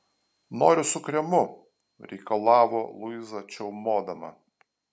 noriu su kremu reikalavo luiza čiaumodama